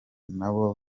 nabo